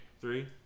three